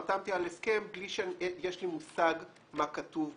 חתמתי על הסכם בלי שיש לי מושג מה כתוב בו.